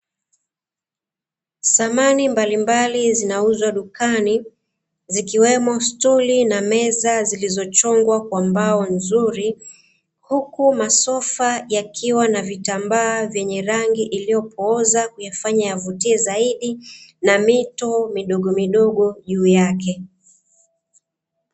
Samani mbalimbali zinauzwa dukani zikiwemo stuli na meza zilizochongwa kwa mbao nzuri, huku masofa yakiwa na vitambaa vy rangi iliyopooza kuyafanya yavutie zaidi, na mito midogomidogo juu yake.